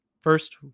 First